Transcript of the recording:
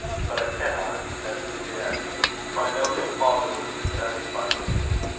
but i cannot at least yet for i know his father was dissatisfied with me.